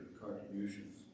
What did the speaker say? contributions